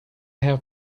have